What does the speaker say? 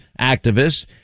activists